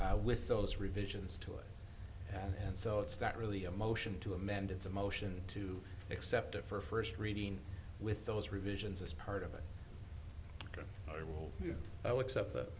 with those revisions to it and so it's not really a motion to amend it's a motion to accept it for first reading with those revisions as part of it oh except that